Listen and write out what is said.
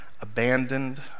abandoned